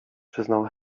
przyznał